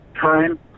time